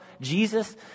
Jesus